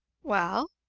well?